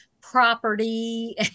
property